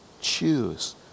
choose